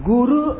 Guru